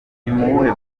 muwuhe